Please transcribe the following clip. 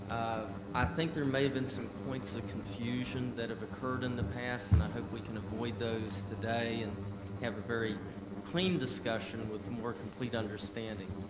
ah i think there may have been some points of ah confusion that have occurred in the past, and i hope we can avoid those today and have a very clean discussion with more complete understanding.